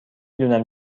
دونم